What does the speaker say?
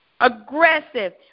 aggressive